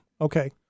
Okay